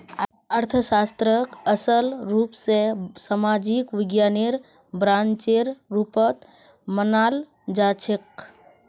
अर्थशास्त्रक असल रूप स सामाजिक विज्ञानेर ब्रांचेर रुपत मनाल जाछेक